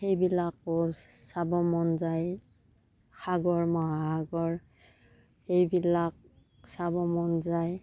সেইবিলাকো চাব মন যায় সাগৰ মহাসাগৰ সেইবিলাক চাব মন যায়